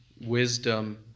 wisdom